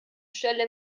stelle